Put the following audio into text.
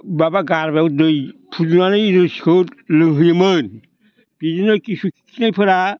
माबा गारामायाव दै फुदुंनानै रोसिखौ लोंहोयोमोन बिदिनो खिसु खिनायफोरा